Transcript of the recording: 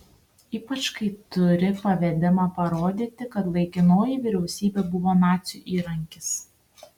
ypač kai turi pavedimą parodyti kad laikinoji vyriausybė buvo nacių įrankis